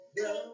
no